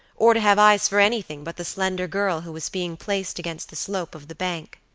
or to have eyes for anything but the slender girl who was being placed against the slope of the bank.